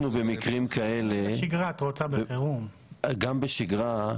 גם בשגרה,